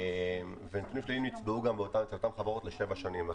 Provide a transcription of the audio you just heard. ונתונים שליליים נצברו אצל אותן חברות לשבע שנים.